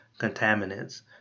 contaminants